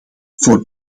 voor